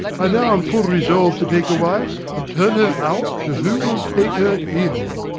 i now am full resolv'd to take a wife and turn her out to who will take her in.